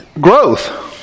Growth